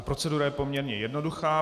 Procedura je poměrně jednoduchá.